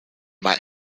might